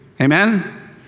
Amen